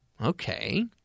Okay